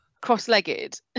cross-legged